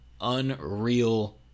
unreal